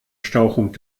stauchung